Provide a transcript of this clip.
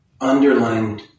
underlined